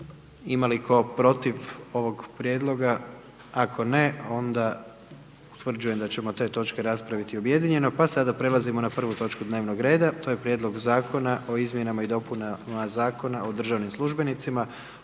Ima li tko protiv ovog prijedloga? Ako ne, utvrđujem da ćemo te točke raspraviti objedinjeno. Pa sada prelazimo na 1. točku dnevnog reda, to je: - Prijedlog zakona o izmjenama i dopunama Zakona o državnim službenicima,